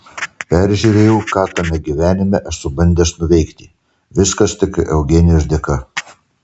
peržiūrėjau ką tame gyvenime esu bandęs nuveikti viskas tik eugenijos dėka